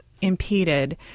impeded